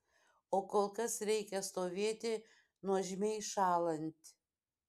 o kol kas reikia stovėti nuožmiai šąlant